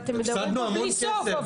ואתם מדברים פה בלי סוף,